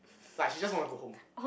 like she just want to go home